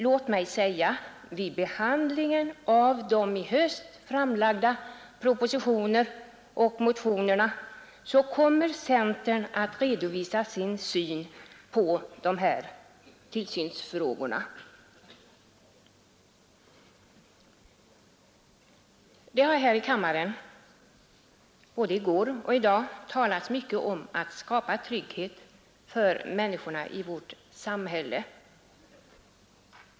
Låt mig säga: Vid behandlingen av de i höst framlagda propositionerna och motionerna kommer centern att redovisa sin syn på de här tillsynsfrågorna. Det har här i kammaren både i går och i dag talats mycket om att skapa trygghet för människorna i vårt samhälle.